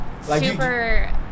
super